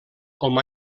com